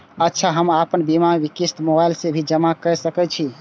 अच्छा हम आपन बीमा के क़िस्त मोबाइल से भी जमा के सकै छीयै की?